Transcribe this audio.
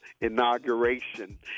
inauguration